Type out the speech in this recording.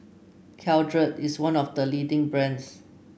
Caltrate is one of the leading brands